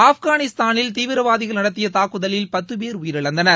ஆப்கானிஸ்தானில் தீவிரவாதிகள் நடத்திய தாக்குதலில் பத்து பேர் உயிரிழந்தனர்